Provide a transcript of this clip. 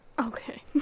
Okay